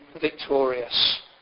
victorious